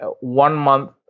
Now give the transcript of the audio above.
one-month